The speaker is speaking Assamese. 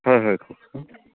হয় হয় কওকচোন